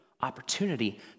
opportunity